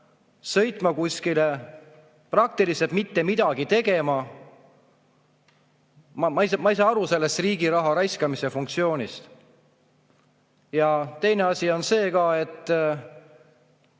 sõitma kuskile praktiliselt mitte midagi tegema. Ma ei saa aru sellest riigi raha raiskamise funktsioonist. Teine asi on see, et